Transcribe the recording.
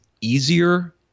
easier